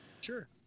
Sure